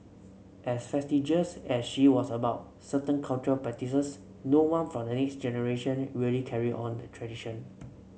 as fastidious as she was about certain cultural practices no one from the next generation really carried on the tradition